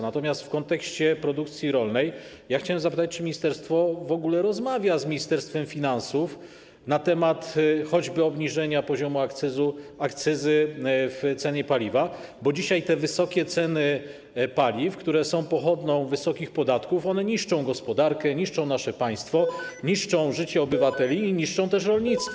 Natomiast w kontekście produkcji rolnej chciałbym zapytać, czy w ogóle ministerstwo rozmawia z Ministerstwem Finansów na temat choćby obniżenia poziomu akcyzy w cenie paliwa, bo dzisiaj te wysokie ceny paliw, które są pochodną wysokich podatków, niszczą gospodarkę, niszczą nasze państwo, niszczą życie obywateli i niszczą też rolnictwo.